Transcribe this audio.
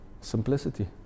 simplicity